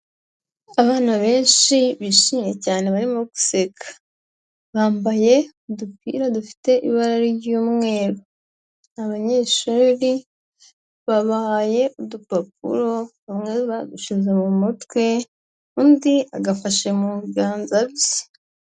Abana benshi bishimye cyane, barimo guseka, bambaye udupira dufite ibara ry'umweru, abanyeshuri babahaye udupapuro, bamwe badushize mu mutwe, undi agafashe mu biganza bye.